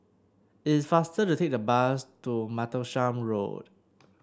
it is faster to take the bus to Martlesham Road